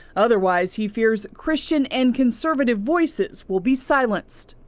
otherwise he fears christian and conservative voices will be silenced.